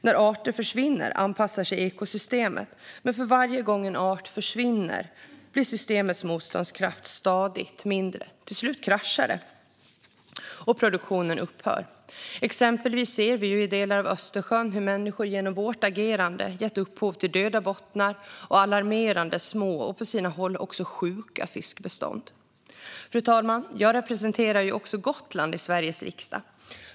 När arter försvinner anpassar sig ekosystemet, men för varje gång en art försvinner blir systemets motståndskraft stadigt mindre. Till slut kraschar det, och produktionen upphör. Exempelvis ser vi i delar av Östersjön hur vi människor genom vårt agerade gett upphov till döda bottnar och alarmerande små och på sina håll sjuka fiskbestånd. Fru talman! Jag representerar ju också Gotland i Sveriges riksdag.